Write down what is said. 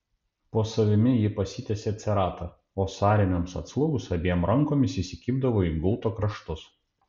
po savimi ji pasitiesė ceratą o sąrėmiams atslūgus abiem rankomis įsikibdavo į gulto kraštus